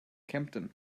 kempten